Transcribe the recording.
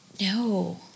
No